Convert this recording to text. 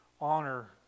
honor